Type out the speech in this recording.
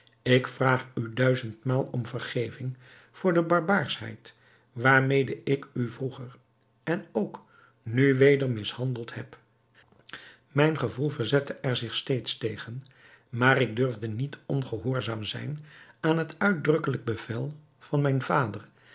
ik vraag u duizendmaal om vergeving voor de barbaarschheid waarmede ik u vroeger en ook nu weder mishandeld heb mijn gevoel verzette er zich steeds tegen maar ik durfde niet ongehoorzaam zijn aan het uitdrukkelijk bevel van mijn vader